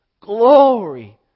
glory